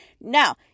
Now